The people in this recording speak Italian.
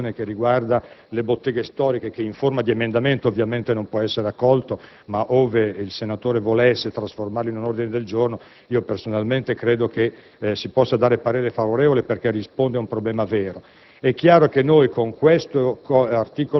che propone un'altra questione che riguarda le botteghe storiche, che in forma di emendamento ovviamente non può essere accolta, ma ove il senatore volesse trasformarlo in un ordine del giorno, personalmente credo che si potrebbe accoglierlo perché risponde a un problema vero.